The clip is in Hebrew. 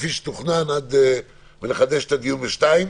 כפי שתוכנן ונחדש את הדיון ב-14:00.